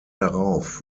darauf